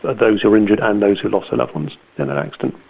ah those who were injured and those who lost their loved ones in that accident,